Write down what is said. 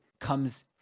comes